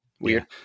weird